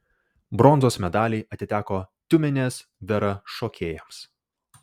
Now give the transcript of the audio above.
bronzos medaliai atiteko tiumenės vera šokėjams